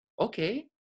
okay